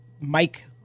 Mike